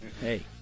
hey